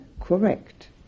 correct